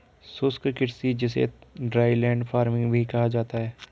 शुष्क कृषि जिसे ड्राईलैंड फार्मिंग भी कहा जाता है